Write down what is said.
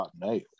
nailed